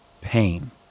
pain